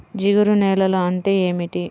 జిగురు నేలలు అంటే ఏమిటీ?